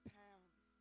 pounds